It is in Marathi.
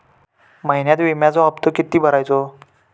महिन्यात विम्याचो हप्तो किती भरायचो?